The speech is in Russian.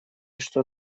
что